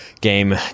Game